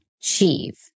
achieve